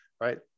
right